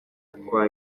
kwa